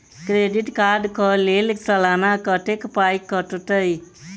Credit card कऽ लेल सलाना कत्तेक पाई कटतै?